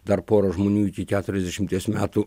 dar porą žmonių iki keturiasdešimties metų